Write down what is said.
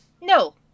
No